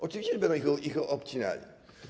Oczywiście, że będą ich obcinali.